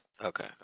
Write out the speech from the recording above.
Okay